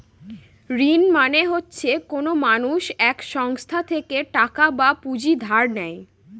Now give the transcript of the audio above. ঋণ মানে হচ্ছে কোনো মানুষ এক সংস্থা থেকে টাকা বা পুঁজি ধার নেয়